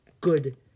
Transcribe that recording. good